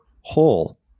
whole